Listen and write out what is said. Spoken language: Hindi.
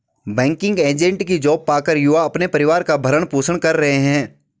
बैंकिंग एजेंट की जॉब पाकर युवा अपने परिवार का भरण पोषण कर रहे है